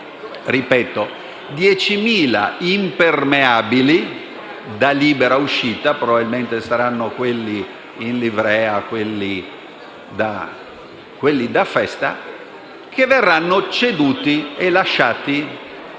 di vestiario, impermeabili da libera uscita (probabilmente saranno quelli in livrea, quelli da festa), che verranno ceduti e lasciati in Libano.